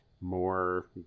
More